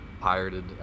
pirated